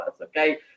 okay